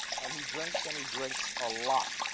and he drinks and he drinks a lot.